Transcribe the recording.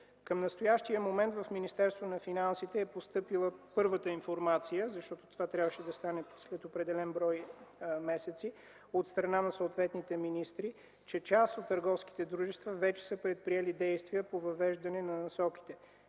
Към настоящия момент в Министерството на финансите е постъпила първата информация, това трябваше да стане след определен брой месеци, от страна на съответните министри, че част от търговските дружества вече са предприели действия по въвеждане на насоките.